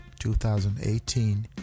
2018